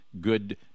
good